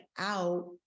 out